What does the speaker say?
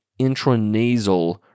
intranasal